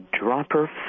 dropper